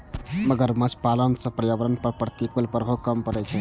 मगरमच्छ पालन सं पर्यावरण पर प्रतिकूल प्रभाव कम पड़ै छै